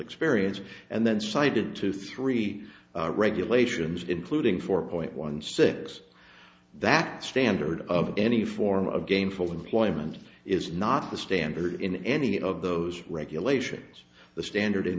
experience and then cited to three regulations including four point one six that standard of any form of game full employment is not the standard in any of those regulations the standard in